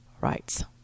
rights